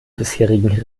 bisherigen